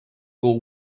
will